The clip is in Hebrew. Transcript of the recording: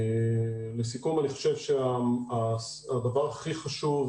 לסיכום, אני חושב שהדבר הכי חשוב